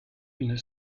une